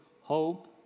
hope